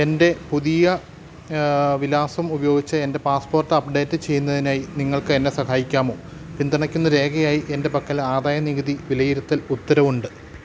എൻ്റെ പുതിയ വിലാസം ഉപയോഗിച്ച് എൻ്റെ പാസ്പോർട്ട് അപ്ഡേറ്റ് ചെയ്യുന്നതിനായി നിങ്ങൾക്കെന്നെ സഹായിക്കാമോ പിന്തുണയ്ക്കുന്ന രേഖയായി എൻ്റെ പക്കൽ ആദായനികുതി വിലയിരുത്തൽ ഉത്തരവുണ്ട്